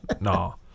no